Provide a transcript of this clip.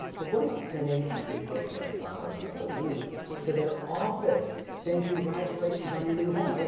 but what about sending a big bouquet of flowers and a balloon to their office, saying congratulations on your new home.